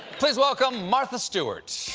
please welcome martha stewart!